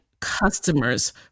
customers